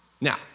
Now